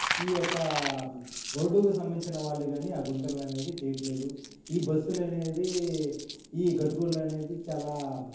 ఈ యొక్క రోడ్డుకు సంబంధించిన వాళ్ళు కానీ ఆ గుంతలు అనేది చేయట్లేదు ఈ బస్సులు అనేది ఈ గతుకులు అనేది చాలా